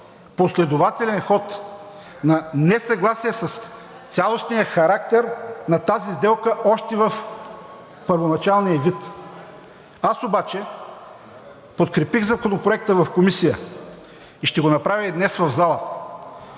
последователен ход на несъгласие с цялостния характер на тази сделка още в първоначалния ѝ вид. Аз обаче подкрепих Законопроекта в Комисията и ще го направя и днес в залата